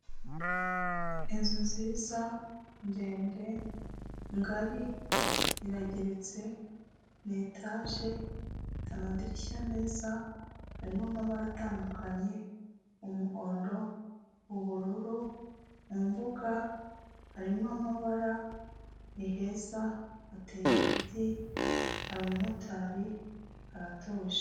Inzu nziza, ndende, ngari, irageretse, ni etaje, ifite amadirishya meza, harimo amabara atandukanye: umuhondo, ubururu, mu mbuga harimo amabara ni heza, hateye ibiti, hari umumotari haratuje.